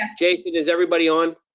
jason, is everybody on?